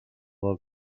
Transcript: del